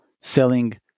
selling